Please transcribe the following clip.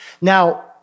Now